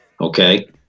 Okay